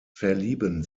verlieben